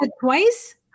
twice